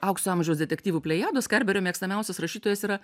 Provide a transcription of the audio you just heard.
aukso amžiaus detektyvų plejados karberio mėgstamiausias rašytojas yra